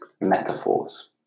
metaphors